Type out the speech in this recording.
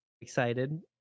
excited